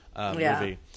movie